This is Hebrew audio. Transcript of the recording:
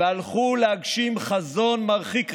והלכו להגשים חזון מרחיק ראות.